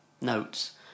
Notes